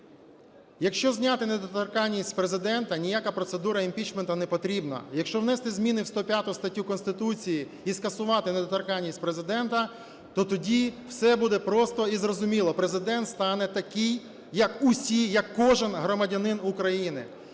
Якщо зняти недоторканність з Президента, ніяка процедура імпічменту не потрібна. Якщо внести зміни в 105 статтю Конституції і скасувати недоторканність Президента, то тоді все буде просто і зрозуміло: Президент стане такий, як всі, як кожен громадянин України.